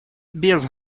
без